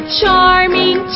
charming